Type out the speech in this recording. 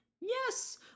Yes